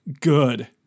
good